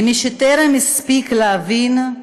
למי שטרם הספיק להבין: